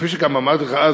כפי שגם אמרתי לך אז,